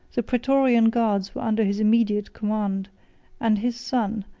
the praetorian guards were under his immediate command and his son,